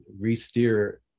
re-steer